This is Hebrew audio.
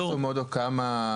גרוסו מודו כמה?